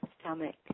stomach